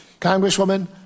Congresswoman